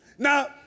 Now